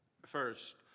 first